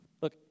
Look